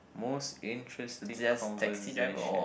most interesting conversation